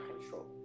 control